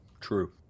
True